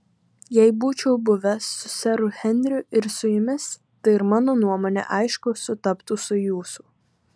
jei būčiau buvęs su seru henriu ir su jumis tai ir mano nuomonė aišku sutaptų su jūsų